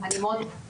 אני מאוד מודה,